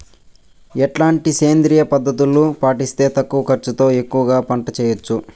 ఎట్లాంటి సేంద్రియ పద్ధతులు పాటిస్తే తక్కువ ఖర్చు తో ఎక్కువగా పంట చేయొచ్చు?